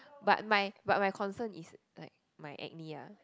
but my but my concern is like my acne lah